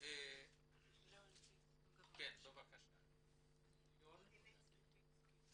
בבקשה ליאון ליטינצקי.